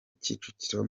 kicukiro